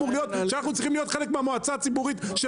אנחנו צריכים להיות חלק מהמועצה הציבורית.